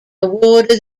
awarded